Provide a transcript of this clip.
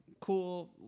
Cool